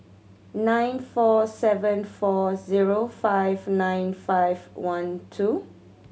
nine four seven four zero five nine five one two